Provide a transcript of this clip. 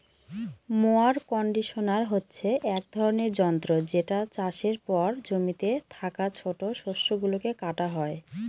mower conditioner হচ্ছে এক ধরনের যন্ত্র যেটা চাষের পর জমিতে থাকা ছোট শস্য গুলোকে কাটা হয়